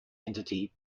entity